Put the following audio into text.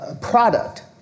product